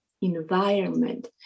environment